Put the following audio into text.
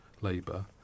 Labour